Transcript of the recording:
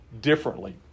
differently